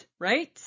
Right